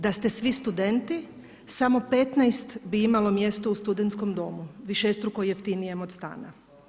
Da ste svi studenti samo 15 bi imalo mjesto u studenskom domu, višestruko jeftinijem od stana.